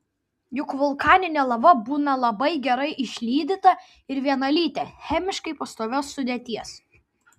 juk vulkaninė lava būna labai gerai išlydyta ir vienalytė chemiškai pastovios sudėties